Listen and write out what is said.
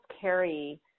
carry